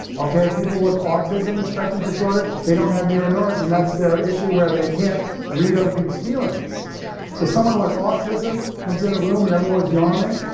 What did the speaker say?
okay, people with autism spectrum disorder, they don't have mirror neurons and that's their issue where they can't read other people's feelings so someone with autism comes in a room when and everyone is yawning,